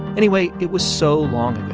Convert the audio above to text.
anyway, it was so long